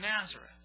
Nazareth